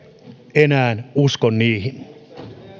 enää usko niihin